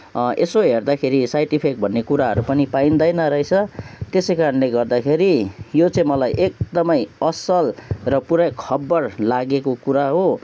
यसो हेर्दाखेरि side effect भन्ने कुराहरू पनि पाइँदैन रहेछ त्यसैकारणले गर्दाखेरि यो चाहिँ मलाई एकदमै असल र पुरै खब्बड लागेको कुरा हो